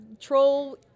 troll